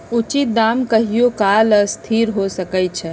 उचित दाम कहियों काल असथिर हो सकइ छै